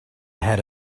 ahead